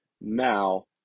now